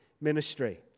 ministry